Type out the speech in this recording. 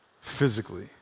Physically